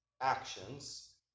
actions